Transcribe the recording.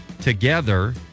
together